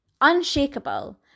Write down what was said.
unshakable